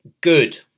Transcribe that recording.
good